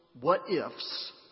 what-ifs